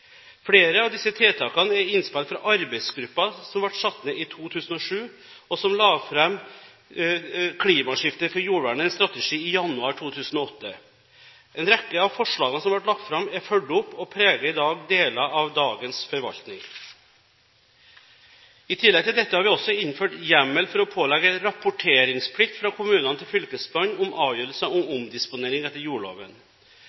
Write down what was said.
Flere av disse tiltakene er innspill fra arbeidsgruppa som ble satt ned i 2007, og som la fram «Klimaskifte for jordvernet» – en strategi – i januar 2008. En rekke av forslagene som ble lagt fram, er fulgt opp og preger deler av dagens forvaltning. I tillegg til dette har vi også innført hjemmel for å pålegge rapporteringsplikt fra kommunene til Fylkesmannen om avgjørelser om